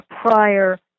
prior